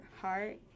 heart